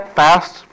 fast